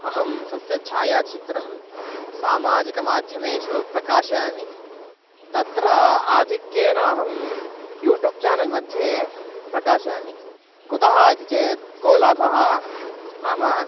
अहं स्वस्य छायाचित्रं सामाजिकमाध्यमेषु प्रकाशयामि तत्र आधिक्येन अहं यूटूब् चानल् मध्ये प्रकाशयामि कुतः इति चेत् को लाभः नाम